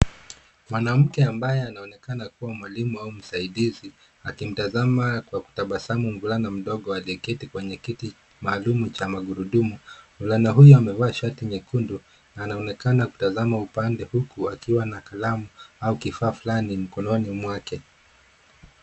Mwanamke ambaye anaonekana kuwa mwalimu au msaidizi, akimtazama kwa kutabasamu mvulana mdogo aliyeketi kwenye kiti maalumu cha magurudumu. Mvulana huyu amevaa shati nyekundu na anaonekana kutazama upande huku akiwa na kalamu au kifaa fulani mkononi mwake.